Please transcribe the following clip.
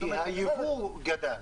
כי היבוא עלה.